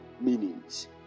meanings